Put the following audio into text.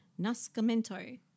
Nascimento